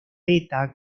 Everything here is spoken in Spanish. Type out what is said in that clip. beta